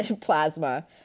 plasma